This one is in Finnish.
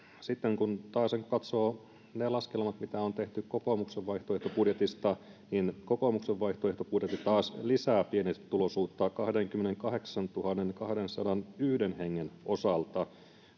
sitten kun taasen katsoo ne laskelmat mitä on tehty kokoomuksen vaihtoehtobudjetista niin kokoomuksen vaihtoehtobudjetti taas lisää pienituloisuutta kahdenkymmenenkahdeksantuhannenkahdensadanyhden hengen osalta